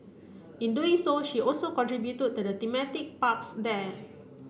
in doing so she also contributed to the thematic parks there